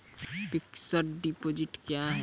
Fixed deposit क्या हैं?